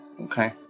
Okay